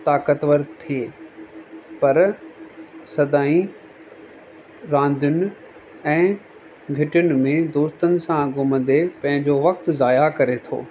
ताक़तवर थिए पर सदा ई रांधियुनि ऐं घिटियुनि में दोस्तन सां घुमंदे पंहिंजो वक़्तु जया करे थो